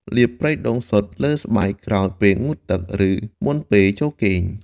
លាបប្រេងដូងសុទ្ធលើស្បែកក្រោយពេលងូតទឹក ឬមុនពេលចូលគេង។